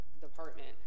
department